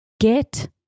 get